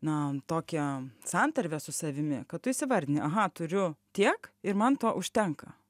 na tokią santarvę su savimi kad tu įsivardini aha turiu tiek ir man to užtenka